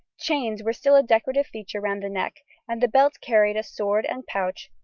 chains were still a decorative feature round the neck, and the belt carried a sword and pouch,